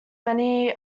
many